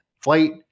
flight